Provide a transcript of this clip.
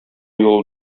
юлы